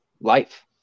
life